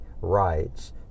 rights